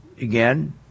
again